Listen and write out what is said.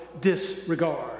disregard